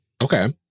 Okay